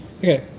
Okay